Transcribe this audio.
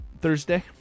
Thursday